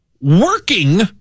working